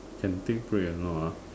can take break or not ah